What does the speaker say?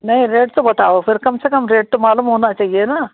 नहीं रेट तो बताओ फिर कम से कम रेट तो मालूम होना चाहिए ना